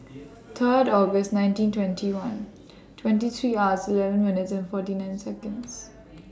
Third August nineteen twenty one twenty three hours eleven minutes forty nine Seconds